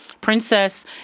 Princess